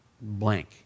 blank